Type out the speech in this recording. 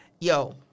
Yo